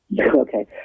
Okay